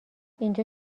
اینجا